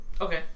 Okay